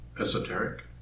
esoteric